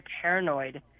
paranoid